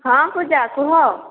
ହଁ ପୂଜା କୁହ